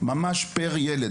ממש פר ילד.